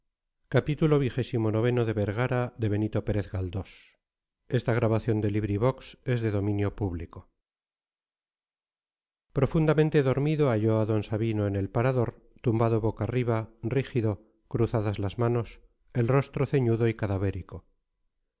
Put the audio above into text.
profundamente dormido halló a d sabino en el parador tumbado boca arriba rígido cruzadas las manos el rostro ceñudo y cadavérico